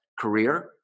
career